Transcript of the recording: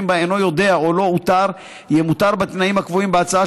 בה אינו ידוע או לא אותר יהיה מותר בתנאים הקבועים בהצעה,